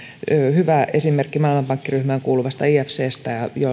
maailmanpankkiryhmään kuuluvasta ifcstä hyvä esimerkki